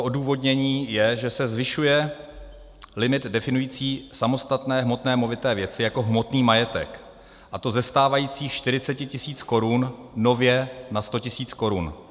Odůvodnění je, že se zvyšuje limit definující samostatné hmotné movité věci jako hmotný majetek, a to ze stávajících 40 tisíc korun nově na 100 tisíc korun.